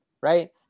Right